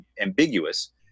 ambiguous